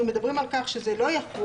בסעיף 4(ב)(17) אנחנו מדברים על כך שזה לא יחול,